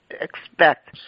expect